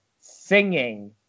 singing